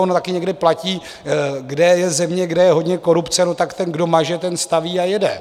Ono taky někde platí, kde je země, kde je hodně korupce, tak ten, kdo maže, ten staví a jede.